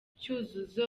cyuzuzo